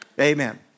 Amen